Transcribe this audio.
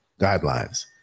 guidelines